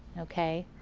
okay.